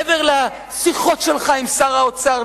מעבר לשיחות שלך עם שר האוצר,